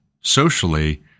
socially